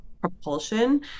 propulsion